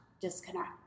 disconnect